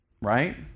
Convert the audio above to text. Right